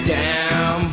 down